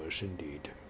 indeed